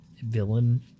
villain